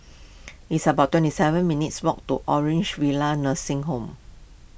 it's about twenty seven minutes' walk to Orange Nursing Home